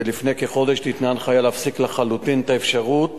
ולפני כחודש ניתנה הנחיה להפסיק לחלוטין את האפשרות